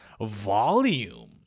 volume